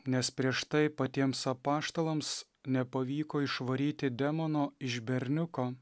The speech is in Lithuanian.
nes prieš tai patiems apaštalams nepavyko išvaryti demono iš berniuko